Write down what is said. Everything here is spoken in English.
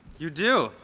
you do!